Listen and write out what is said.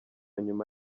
nyuma